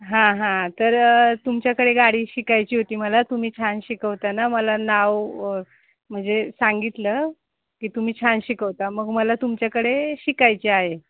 हां हां तर तुमच्याकडे गाडी शिकायची होती मला तुम्ही छान शिकवता ना मला नाव म्हणजे सांगितलं की तुम्ही छान शिकवता मग मला तुमच्याकडे शिकायची आहे